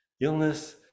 Illness